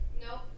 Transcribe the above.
Nope